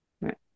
right